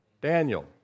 Daniel